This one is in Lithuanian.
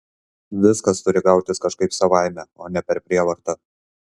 viskas turi gautis kažkaip savaime o ne per prievartą